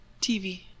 TV